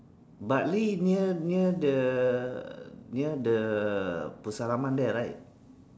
but live near near the near the pusara aman there right